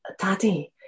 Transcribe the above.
daddy